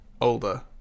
older